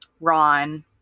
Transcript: Ron